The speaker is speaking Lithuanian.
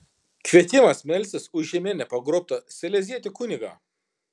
kvietimas melstis už jemene pagrobtą salezietį kunigą